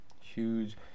Huge